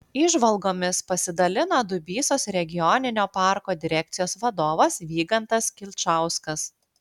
įžvalgomis pasidalino dubysos regioninio parko direkcijos vadovas vygantas kilčauskas